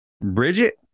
Bridget